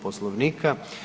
Poslovnika.